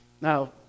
Now